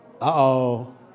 Uh-oh